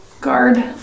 guard